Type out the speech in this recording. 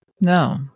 no